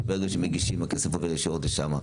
שברגע שמגישים הכסף עובר ישירות שלם.